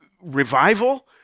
revival